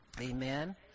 amen